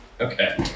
Okay